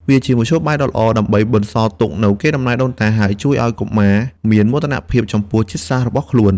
វាជាមធ្យោបាយដ៏ល្អដើម្បីបន្សល់ទុកនូវកេរដំណែលដូនតា ហើយជួយឲ្យកុមារមានមោទនភាពចំពោះជាតិសាសន៍របស់ខ្លួន។